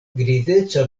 grizeca